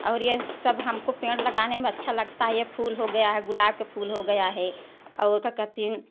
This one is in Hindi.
और ये सब हमको पेड़ लगाने में अच्छा लगता है ये फूल हो गया है गुलाब के फूल हो गया है और का कहते हैं